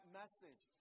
message